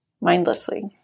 mindlessly